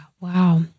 wow